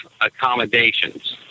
accommodations